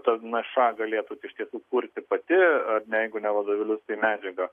ta nša galėtų iš tiesų kurti pati jeigu ne vadovėlius tai medžiagą